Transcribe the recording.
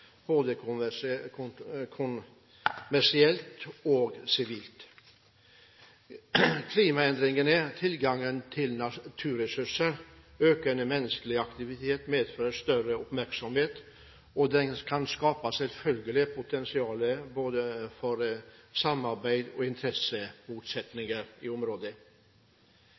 både kommersielt og sivilt. Klimaendringer, tilgang til naturressurser og økende menneskelig aktivitet medfører større oppmerksomhet. Det kan selvfølgelig skape potensial for både samarbeid og interessemotsetninger i området.